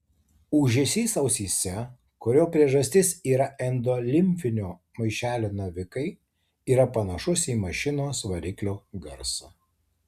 ūžesys ausyse kurio priežastis yra endolimfinio maišelio navikai yra panašus į mašinos variklio garsą